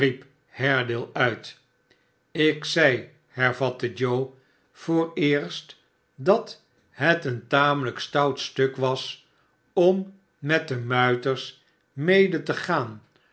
haredale uit ik zeg hervatte joe avooreerst dat het een tamelijk stout stuk was om met de muiters mede te gaan